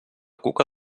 cuca